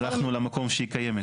הלכנו למקום שהיא קיימת.